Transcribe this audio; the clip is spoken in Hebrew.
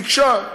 ביקשה.